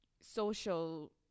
social